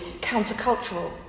countercultural